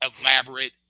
elaborate